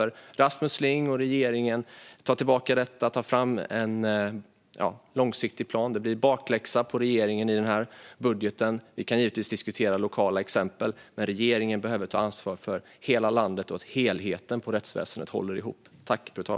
Rasmus Ling och regeringen behöver ta tillbaka detta och ta fram en långsiktig plan. Det blir bakläxa för regeringens budget. Givetvis kan vi diskutera lokala exempel, men regeringen behöver ta ansvar för hela landet och för att rättsväsendet i dess helhet håller ihop.